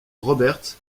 roberts